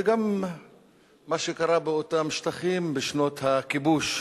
וגם מה שקרה באותם שטחים בשנות הכיבוש.